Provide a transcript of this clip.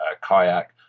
kayak